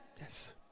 Yes